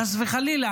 חס וחלילה,